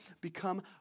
become